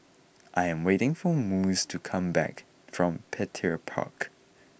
I am waiting for Mose to come back from Petir Park